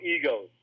egos